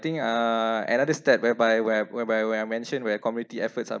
think uh another step whereby where whereby when I mentioned where community efforts are